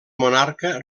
monarca